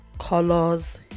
colors